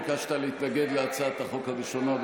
ביקשת להתנגד להצעת החוק הראשונה.